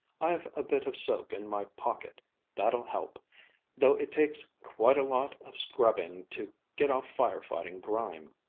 i've a bit of soap in my pocket that'll help though it takes quite a lot of scrubbing to get off fire-fighting grime.